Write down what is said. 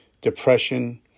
depression